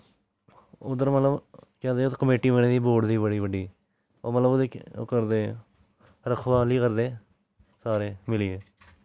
उद्दर मतलव कमेटी बनी दी बोर्ड दी बड़ी बड्डी ओह् मतलव ओह्दी ओह् करदे रखबाली करदे सारे मिलियै